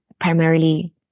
primarily